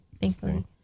thankfully